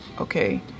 okay